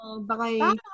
Bye